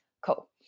Cool